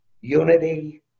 unity